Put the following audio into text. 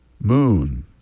moon